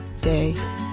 day